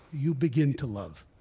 you begin to love